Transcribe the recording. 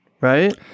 right